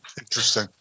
Interesting